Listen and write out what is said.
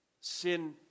Sin